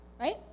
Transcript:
right